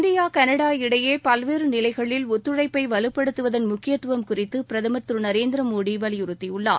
இந்திய கனடா இடையே பல்வேறு நிலைகளில் ஒத்துழைப்பை வலுப்படுத்துவதன் முக்கியத்துவம் குறித்து பிரதமர் திரு நரேந்திரமோடி வலியுறுத்தியுள்ளார்